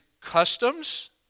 customs